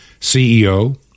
CEO